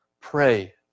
Pray